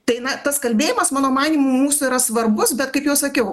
tai na tas kalbėjimas mano manymu mūsų yra svarbus bet kaip jau sakiau